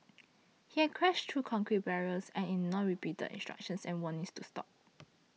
he had crashed through concrete barriers and ignored repeated instructions and warnings to stop